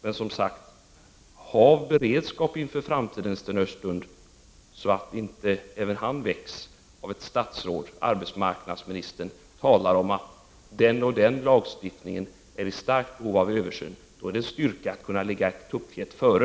Men, som sagt: Sten Östlund bör hålla en beredskap, så att inte även han väcks av att ett statsråd, arbetsmarknadsministern, talar om att den och den lagstiftningen är i starkt behov av översyn. Då är det en styrka att kunna ligga ett tuppfjät före.